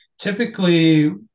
Typically